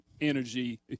energy